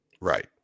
Right